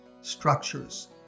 structures